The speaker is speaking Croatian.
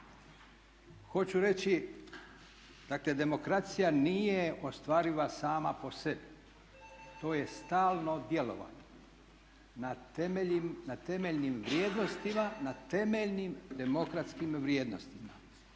Hoću reći dakle demokracija nije ostvariva sama po sebi, to je stalno djelovanje na temeljnim vrijednostima, na temeljnim demokratskim vrijednostima.